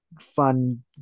fun